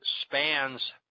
spans